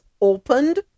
opened